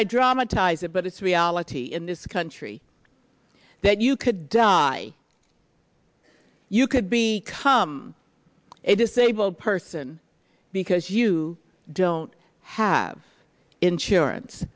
i dramatize it but it's reality in this country that you could die you could be come a disabled person because you don't have insurance